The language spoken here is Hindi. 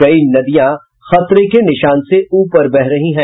कई नदियों खतरे के निशान से ऊपर बह रही है